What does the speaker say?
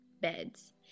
beds